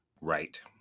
right